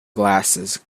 glasses